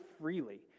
freely